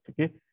okay